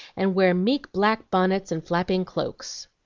and wear meek black bonnets and flapping cloaks.